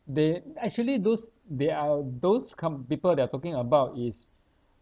they actually those they are those kind of people they are talking about is